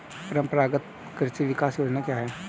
परंपरागत कृषि विकास योजना क्या है?